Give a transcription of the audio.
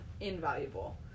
invaluable